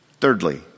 Thirdly